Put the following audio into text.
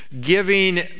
giving